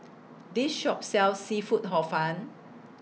This Shop sells Seafood Hor Fun